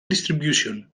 distribution